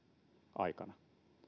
aikana